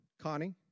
Connie